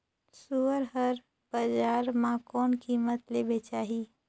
सुअर हर बजार मां कोन कीमत ले बेचाही?